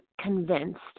convinced